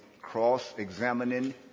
cross-examining